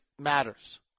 matters